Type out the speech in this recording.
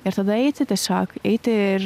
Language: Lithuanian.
ir tada eiti tiesiog eiti ir